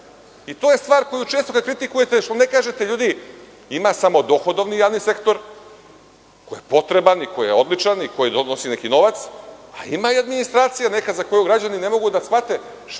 I to je javni sektor. Često kada kritikujete zašto ne kažete da ima samodohodovni javni sektor, koji je potreban i koji je odličan i koji donosi neki novac, a ima i neka administracija za koju građani ne mogu da shvate šta je to javni